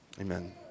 Amen